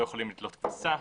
לא יכולים לתלות כביסה,